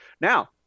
now